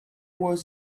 was